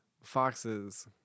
Foxes